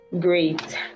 Great